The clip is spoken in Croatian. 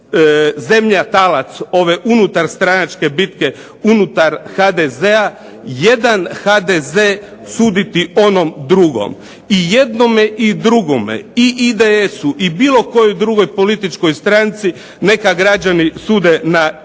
zemlja talac ove unutar stranačke bitke, unutar HDZ, jedan HDZ suditi onom drugom. I jednome i drugome i IDS-u i bilo kojoj drugoj političkoj stranici neka građani sude na